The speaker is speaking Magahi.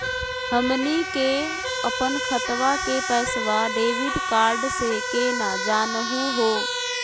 हमनी के अपन खतवा के पैसवा डेबिट कार्ड से केना जानहु हो?